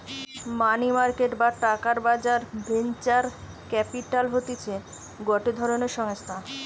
মানি market বা টাকার বাজার ভেঞ্চার ক্যাপিটাল হতিছে গটে ধরণের সংস্থা